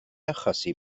achosi